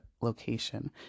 location